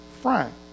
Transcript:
Frank